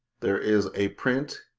there is a print,